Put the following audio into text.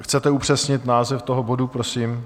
Chcete upřesnit název toho bodu, prosím?